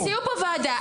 הציעו פה ועדה,